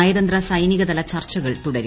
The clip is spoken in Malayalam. നയതന്ത്ര സൈനികതല ചർച്ചകൾ തുടരും